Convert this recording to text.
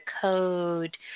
code